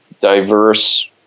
diverse